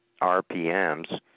RPMs